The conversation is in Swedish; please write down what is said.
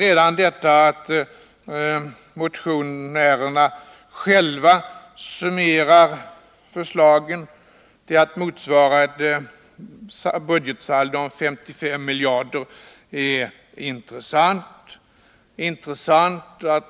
Redan det förhållandet att motionärerna själva summerar sina förslag och finner att de kommer att medföra ett budgetsaldo om 55 miljarder är intressant.